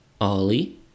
Ollie